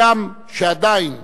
הגם שעדיין